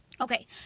Okay